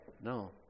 no